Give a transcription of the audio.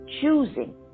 Choosing